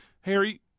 harry